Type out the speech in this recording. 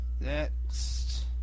Next